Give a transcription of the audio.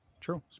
True